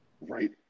Right